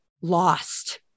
lost